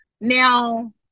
Now